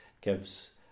gives